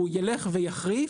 והוא ילך ויחריף,